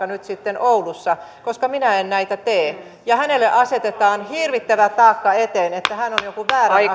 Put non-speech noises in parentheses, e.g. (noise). (unintelligible) nyt sitten oulussa koska minä en näitä tee ja hänelle asetetaan hirvittävä taakka eteen että hän on on jonkun väärän